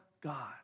God